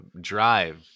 Drive